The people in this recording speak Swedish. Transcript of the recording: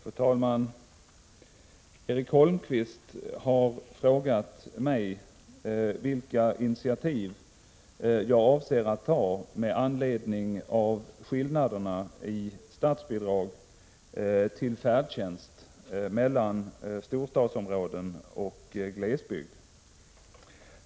Fru talman! Erik Holmkvist har frågat mig vilka initiativ jag avser att ta med anledning av skillnaderna i statsbidrag till färdtjänst mellan storstadsområden och glesbygd.